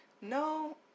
No